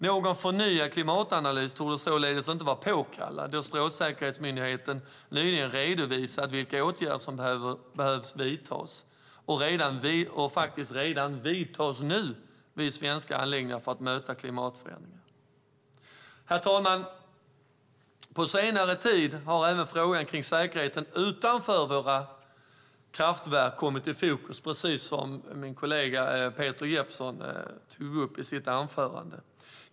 Någon förnyad klimatanalys torde således inte vara påkallad då Strålsäkerhetsmyndigheten nyligen har redovisat vilka åtgärder som behöver vidtas och som redan vidtas vid svenska anläggningar för att möta klimatförändringar. Herr talman! På senare tid har även frågan om säkerheten utanför våra kraftverk kommit i fokus. Det tog också min kollega Peter Jeppsson upp i sitt anförande.